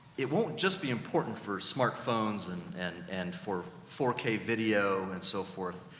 it won't just be important for smartphones and, and, and for four k video, and so forth.